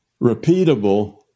repeatable